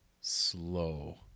slow